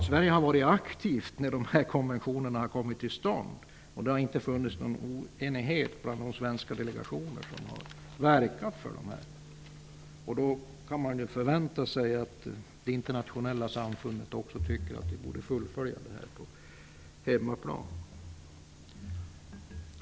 Sverige var aktivt när konventionerna kom till stånd. Det har inte rått någon oenighet bland de svenska delegationer som har verkat för dessa konventioner. Då kan man förvänta sig att det internationella samfundet tycker att vi borde fullfölja detta på hemmaplan.